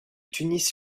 tunis